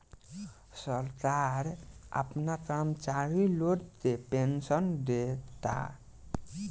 सरकार आपना कर्मचारी लोग के पेनसन देता